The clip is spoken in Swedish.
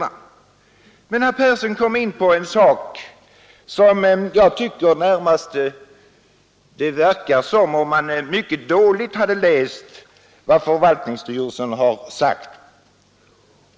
Herr Persson i Stockholm kom emellertid in på en sak där jag tycker att det verkar som om man mycket dåligt hade läst vad förvaltningsstyrelsen sagt.